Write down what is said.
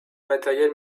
matériel